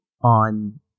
on